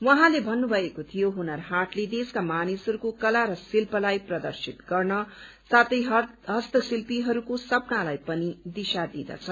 उहाँले भन्नुभएको थियो हुनर हाटले देशका मानिसहरूको कला र शिल्पलाई प्रदर्शित गर्न साथै हस्तशिल्पीहरूको सपनालाई पनि दिशा दिँदछ